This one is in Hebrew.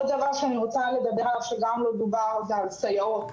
עוד דבר שאני רוצה לדבר עליו שגם לא דובר זה על סייעות,